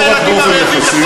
לא רק באופן יחסי,